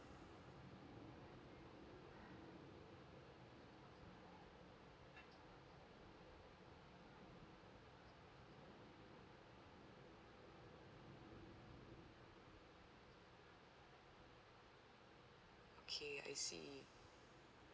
okay I see